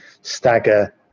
stagger